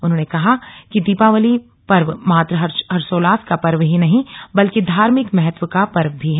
उन्होंने कहा कि दीपावली पर्व मात्रा हर्षोल्लास का पर्व ही नहीं बल्कि धार्मिक महत्व का पर्व भी है